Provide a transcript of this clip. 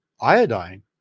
iodine